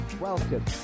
Welcome